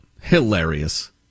Hilarious